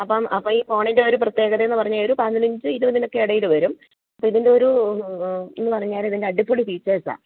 അപ്പം അപ്പം ഈ ഫോണിൻ്റെ ഒരു പ്രത്യേകത എന്ന് പറഞ്ഞാൽ ഒരു പതിനഞ്ച് ഇരുപതിനൊക്കെ ഇടയിൽ വരും അപ്പം ഇതിൻ്റെ ഒരു ഇതെന്നു പറഞ്ഞാൽ ഇതിന് അടിപൊളി ഫീച്ചേഴ്സാണ്